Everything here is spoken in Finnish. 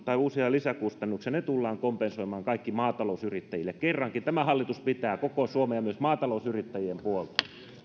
tai uusia lisäkustannuksia heille ikinä tuleekin ne tullaan kompensoimaan kaikki maatalousyrittäjille kerrankin tämä hallitus pitää koko suomen ja myös maatalousyrittäjien puolta